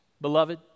Beloved